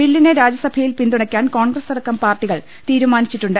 ബില്ലിനെ രാജ്യസഭയിൽ പിന്തുണയ്ക്കാൻ കോൺഗ്രസ് അടക്കം പാർട്ടികൾ തീരുമാനിച്ചിട്ടുണ്ട്